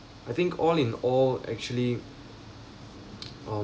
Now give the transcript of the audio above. I think all in all actually um